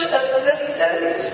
assistant